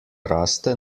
raste